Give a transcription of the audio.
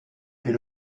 est